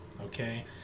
okay